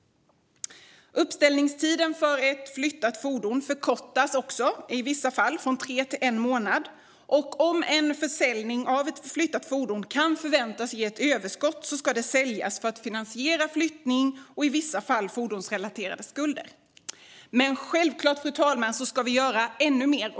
Uppställningstiden för ett flyttat fordon förkortas i vissa fall från tre månader till en månad. Och om en försäljning av ett flyttat fordon kan förväntas ge ett överskott ska det säljas för att finansiera flyttning och i vissa fall fordonsrelaterade skulder. Men självklart, fru talman, ska vi göra ännu mer.